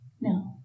no